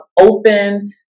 open